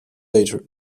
later